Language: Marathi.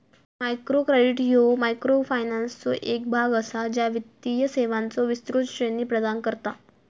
मायक्रो क्रेडिट ह्या मायक्रोफायनान्सचो एक भाग असा, ज्या वित्तीय सेवांचो विस्तृत श्रेणी प्रदान करता